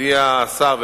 מודיע השר,